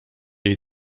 jej